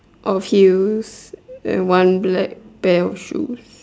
of heels and one black pair of shoes